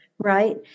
Right